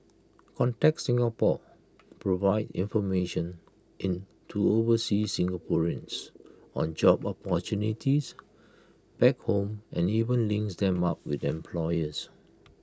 contact Singapore provides information in to overseas Singaporeans on job opportunities back home and even links them up with the employers